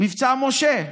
מבצע משה --- שלמה.